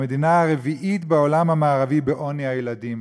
הגיעה למצב שהיא המדינה הרביעית בעולם המערבי בעוני הילדים,